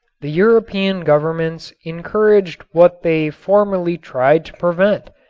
the european governments encouraged what they formerly tried to prevent,